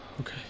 Okay